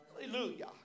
Hallelujah